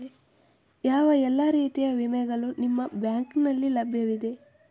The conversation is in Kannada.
ಯಾವ ಎಲ್ಲ ರೀತಿಯ ವಿಮೆಗಳು ನಿಮ್ಮ ಬ್ಯಾಂಕಿನಲ್ಲಿ ಲಭ್ಯವಿದೆ?